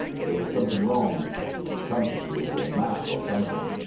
but there was somethin' wrong compasses, or map, or somethin',